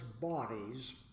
bodies